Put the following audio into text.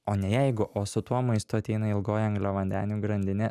o ne jeigu o su tuo maistu ateina ilgoji angliavandenių grandinė